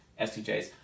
STJs